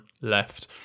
left